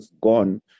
gone